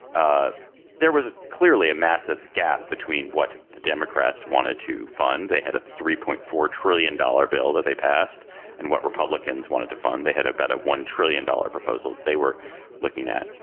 ah there was clearly a massive gap between what the democrats wanted to fund, they had a three point four trillion dollar bill that they passed and what republicans wanted to fund, they had about a one trillion dollar proposal they were looking at.